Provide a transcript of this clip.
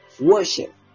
worship